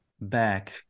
back